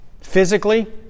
physically